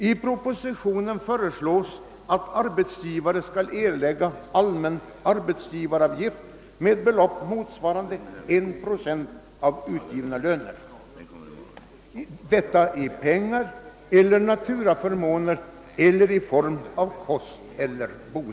I propositionen föreslås att arbetsgivaren skall erlägga allmän arbetsgivaravgift med belopp motsvarande 1 procent av utgivna löner — i form av pengar, kost och logi eller andra naturaförmåner.